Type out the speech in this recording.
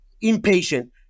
impatient